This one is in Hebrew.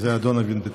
זה אדון דוד ביטן.